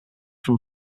from